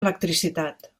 electricitat